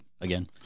again